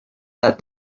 that